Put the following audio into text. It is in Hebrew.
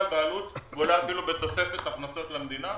בעלות ואולי אפילו בתוספת הכנסות למדינה.